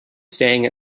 staying